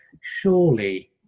surely